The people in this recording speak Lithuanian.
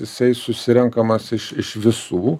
jisai susirenkamas iš iš visų